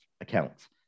accounts